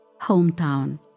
hometown